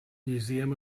museum